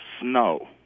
snow